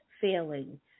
failing